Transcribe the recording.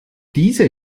diese